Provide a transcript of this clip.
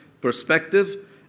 perspective